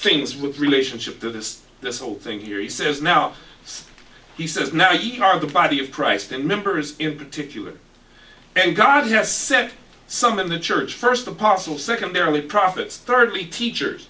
things with relationship to this this whole thing here he says now he says now you are the body of christ and members in particular and god has sent some in the church first apostle secondarily prophets thirdly teachers